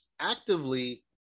actively